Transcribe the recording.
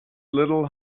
little